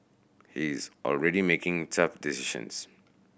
he is already making tough decisions